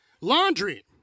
laundry